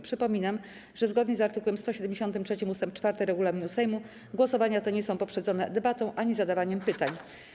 Przypominam, że zgodnie z art. 173 ust. 4 regulaminu Sejmu głosowania te nie są poprzedzone debatą ani zadawaniem pytań.